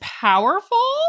powerful